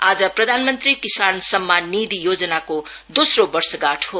आज प्रधानमन्त्री किसान सम्मान निधी योजनाको दोस्रो वर्षगाँठ हो